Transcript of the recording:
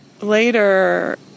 Later